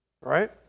right